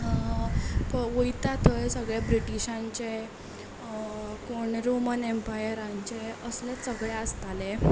वयता थंय सगले ब्रटिशांचें कोण रोमन अंपायरांचें असलें आसतालें